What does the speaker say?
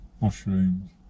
mushrooms